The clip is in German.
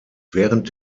während